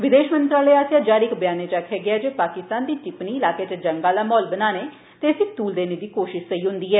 विदेश मंत्रालय आसेया जारी इक व्यानै च आक्खेआ गेया ऐ जे पाकिस्तान दी टिप्पणी इलाके च जंग आला माहोल बनाने ते इसी तूल देना दी कोश्त सेई होन्दी ऐ